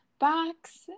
box